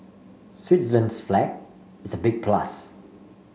Switzerland's flag is a big plus